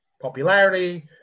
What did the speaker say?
popularity